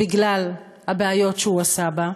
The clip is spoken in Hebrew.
בגלל הבעיות שהוא עשה בה,